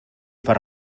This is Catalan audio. per